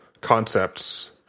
concepts